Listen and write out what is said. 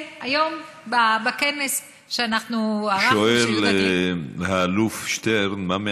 היום בכנס שערכנו, שואל האלוף שטרן מה מעשנים.